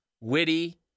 witty